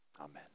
Amen